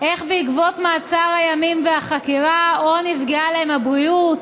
איך בעקבות מעצר הימים והחקירה או שנפגעה להם הבריאות